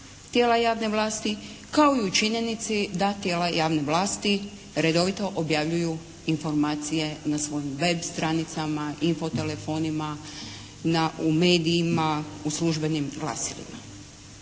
tijela javne vlasti kao i u činjenici da tijela javne vlasti redovito objavljuju informacije na svojim web stranicama, info-telefonima, u medijima, u službenim glasilima.